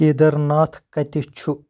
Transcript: کیدرناتھ کَتہِ چھُ ؟